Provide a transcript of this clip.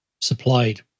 supplied